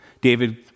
David